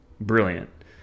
brilliant